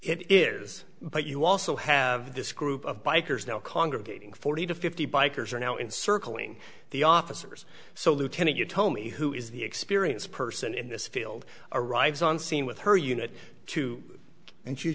it is but you also have this group of bikers now congregating forty to fifty bikers are now in circling the officers so lieutenant you tell me who is the experienced person in this field arrives on scene with her unit two and she